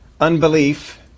unbelief